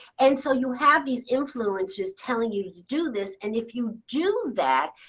and so you have these influences telling you you do this. and if you do that,